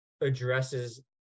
addresses